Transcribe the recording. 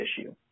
issue